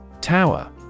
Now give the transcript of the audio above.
tower